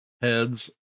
heads